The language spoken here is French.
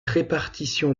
répartition